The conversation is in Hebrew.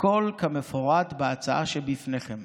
הכול כמפורט בהצעה שבפניכם.